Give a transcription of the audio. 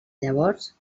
llavors